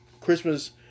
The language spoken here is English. Christmas